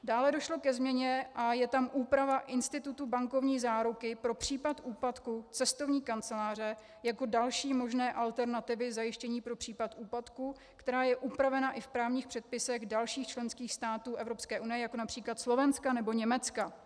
Dále došlo ke změně a je tam úprava institutu bankovní záruky pro případ úpadku cestovní kanceláře jako další možné alternativy zajištění pro případ úpadku, která je upravena i v právních předpisech dalších členských států Evropské unie, jako například Slovenska nebo Německa.